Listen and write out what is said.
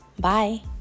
Bye